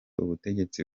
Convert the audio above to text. ubutegetsi